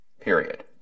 Period